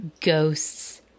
ghosts